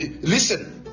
listen